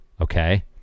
Okay